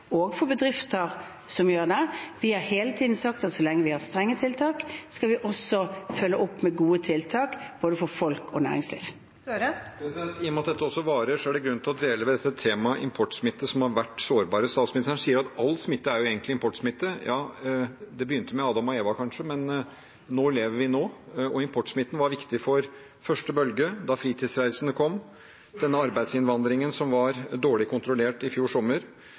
og for bedrifter som gjør det. Vi har hele tiden sagt at så lenge vi har strenge tiltak, skal vi også følge opp med gode tiltak for både folk og næringsliv. Det blir oppfølgingsspørsmål – først Jonas Gahr Støre. I og med at dette også varer, er det grunn til å dvele ved temaet importsmitte, som har vært det sårbare. Statsministeren sier at all smitte egentlig er importsmitte. Ja, det begynte kanskje med Adam og Eva, men vi lever nå. Importsmitten var viktig for første bølge, da fritidsreisende kom, for arbeidsinnvandringen som var dårlig kontrollert i fjor sommer,